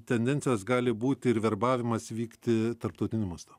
tendencijos gali būti ir verbavimas vykti tarptautiniu mastu